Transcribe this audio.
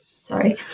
Sorry